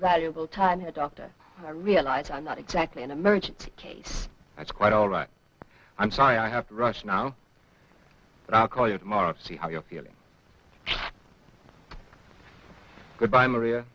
valuable time here doctor i realize i'm not exactly an emergency case that's quite all right i'm sorry i have to rush now but i'll call you tomorrow to see how you're feeling good by maria